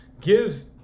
give